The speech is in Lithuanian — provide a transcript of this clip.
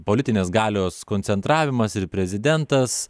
politinės galios koncentravimas ir prezidentas